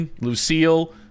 Lucille